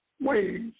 ways